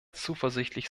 zuversichtlich